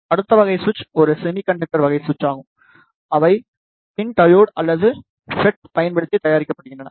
அடுத்த வகை சுவிட்ச் ஒரு செமி கண்டக்டர் வகை சுவிட்ச் ஆகும் அவை பின் டையோடு அல்லது ஃபெட்ஐப் பயன்படுத்தி தயாரிக்கப்படுகின்றன